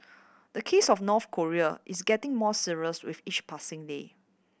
the case of North Korea is getting more serious with each passing day